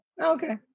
Okay